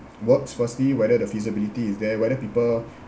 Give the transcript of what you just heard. works firstly whether the feasibility is there whether people